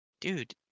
dude